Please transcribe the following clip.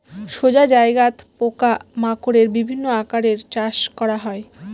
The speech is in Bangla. সোজা জায়গাত পোকা মাকড়ের বিভিন্ন আকারে চাষ করা হয়